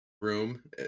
room